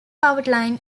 outline